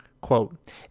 Quote